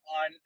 on